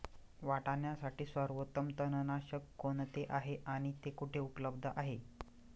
वाटाण्यासाठी सर्वोत्तम तणनाशक कोणते आहे आणि ते कुठे उपलब्ध आहे?